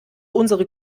unsere